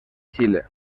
chile